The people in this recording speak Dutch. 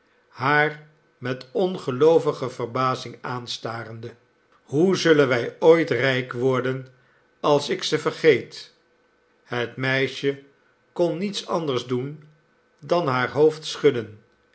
haar met ongeloovige verbazing aanstarende hoe zullen wij ooit rijk worden als ik ze vergeet het meisje kon niets anders doen dan haar hoofd schudden